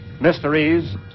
Mysteries